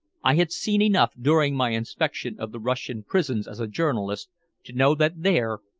i had seen enough during my inspection of the russian prisons as a journalist to know that there,